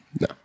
No